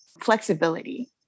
flexibility